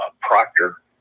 proctor